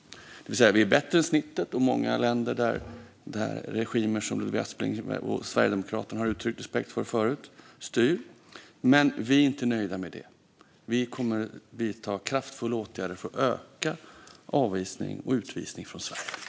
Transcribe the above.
Vi är alltså bättre än snittet och många länder där regimer som Ludvig Aspling och Sverigedemokraterna har uttryckt respekt för förut styr. Men vi är inte nöjda med det. Vi kommer att vidta kraftfulla åtgärder för att öka avvisning och utvisning från Sverige.